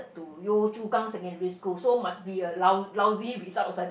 to Yio-Chu-Kang secondary school so must be a lou~ lousy results lah that's